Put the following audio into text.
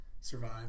Survive